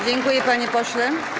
Dziękuję, panie pośle.